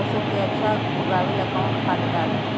सरसो के अच्छा उगावेला कवन खाद्य डाली?